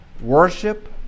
worship